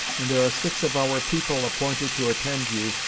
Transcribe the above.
and there are six of our people appointed to attend you,